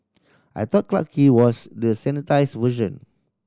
I thought Clarke Quay was the sanitised version